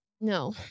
no